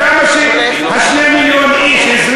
אז למה ש-2 מיליון איש,